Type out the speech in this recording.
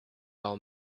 old